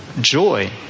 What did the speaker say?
Joy